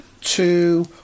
two